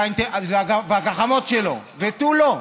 והגחמות שלו ותו לא.